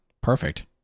Perfect